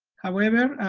however,